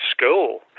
school